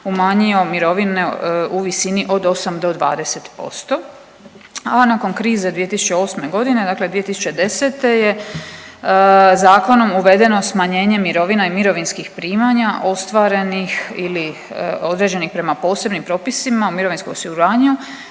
umanjio mirovine u visini od 8 do 20%, a nakon krize 2008.g. dakle 2010. je zakonom uvedeno smanjenje mirovina i mirovinskih primanja ostvarenih ili određenih prema posebnim propisima u mirovinskom osiguranju